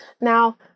Now